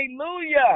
Hallelujah